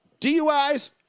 DUIs